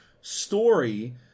story